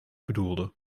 bedoelde